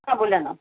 हां बोला ना